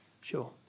sure